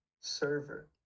server